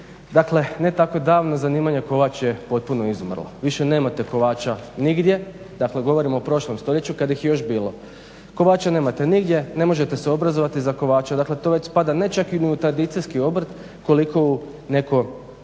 Dakle, ne tako davno zanimanje kovač je potpuno izumrlo. Više nemate kovača nigdje, dakle govorim o prošlom stoljeću kad ih je još bilo. Kovača nemate nigdje, ne možete se obrazovati za kovača. Dakle, to već spada ne čak ni u tradicijski obrt koliko u neko